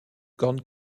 cornes